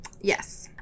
Yes